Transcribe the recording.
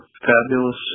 fabulous